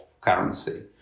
currency